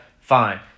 fine